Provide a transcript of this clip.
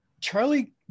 Charlie